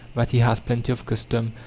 that he has plenty of custom,